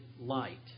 light